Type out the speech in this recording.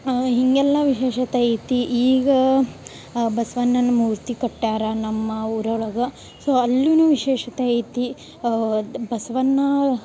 ಹೀಗೆಲ್ಲ ವಿಶೇಷತೆ ಐತಿ ಈಗ ಬಸ್ವಣ್ಣನ ಮೂರ್ತಿ ಕಟ್ಯಾರ ನಮ್ಮ ಊರೊಳಗ ಸೊ ಅಲ್ಲುನು ವಿಶೇಷತೆ ಐತಿ ಬಸ್ವಣ್ಣ